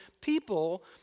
people